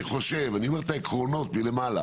אני אומר את העקרונות מלמעלה